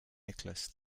nicholas